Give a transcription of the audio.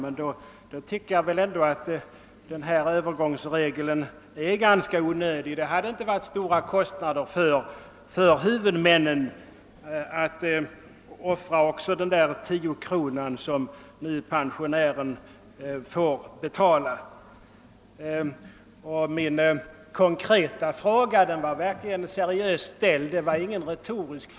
I så fall är väl övergångsregeln ganska onödig. Det skulle inte ha medfört stora kostnader för huvudmännen att offra även tiokronan som pensionären nu får betala. Min konkreta fråga var verkligen seriöst ställd och inte på något sätt retorisk.